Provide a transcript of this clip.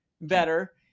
better